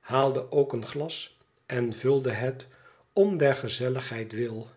haalde ook een glas en vulde het om der gezelligheid wil